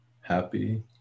happy